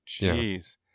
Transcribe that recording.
Jeez